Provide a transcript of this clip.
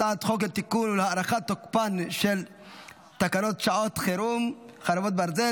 הצעת חוק לתיקון ולהארכת תוקפן של תקנות שעת חירום (חרבות ברזל)